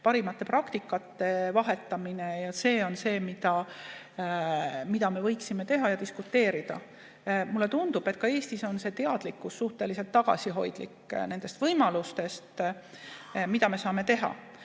parimate praktikate vahetamine, ja see on see, mida me võiksime teha ja mille üle diskuteerida. Mulle tundub, et Eestis on suhteliselt tagasihoidlik teadlikkus nendest võimalustest, mida me saame teha.